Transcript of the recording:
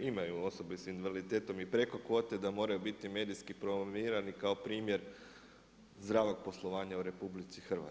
imaju osobe s invaliditetom i preko kvote da moraju biti medijski promovirani kao primjer zdravog poslovanja u RH.